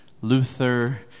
Luther